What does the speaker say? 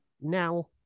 now